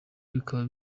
bikaba